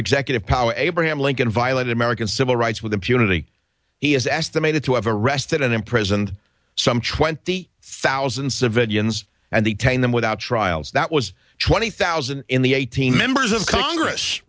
executive power abraham lincoln violated american civil rights with impunity he is estimated to have arrested and imprisoned some twenty thousand civilians and the tane them without trials that was twenty thousand in the eighteen members of congress